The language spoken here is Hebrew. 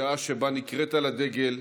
בשעה שבה נקראת לדגל,